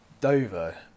dover